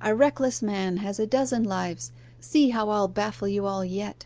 a reckless man has a dozen lives see how i'll baffle you all yet